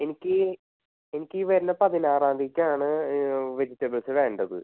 എനിക്ക് എനിക്കീ വരുന്ന പതിനാറാംതിക്കാണ് വെജിറ്റെബിൾസ് വേണ്ടത്